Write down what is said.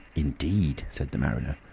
indeed! said the mariner.